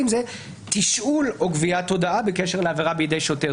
היא תשאול או גביית הודעה בקשר לעבירה בידי שוטר.